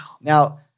Now